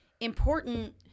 important